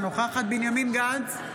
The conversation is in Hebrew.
אינה נוכחת בנימין גנץ,